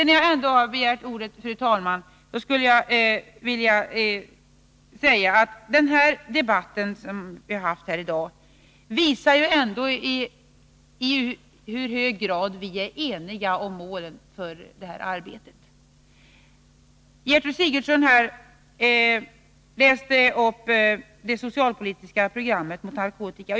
När jag ändå har ordet, fru talman, skulle jag vilja säga att den debatt vi haft i dag ändå visar i hur hög grad vi är eniga om målen för detta arbete. Gertrud Sigurdsen läste här upp ur det socialpolitiska programmet mot narkotika.